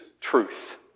truth